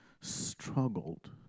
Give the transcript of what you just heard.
struggled